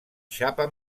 xapa